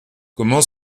comment